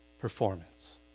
performance